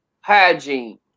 hygiene